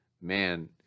man